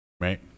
right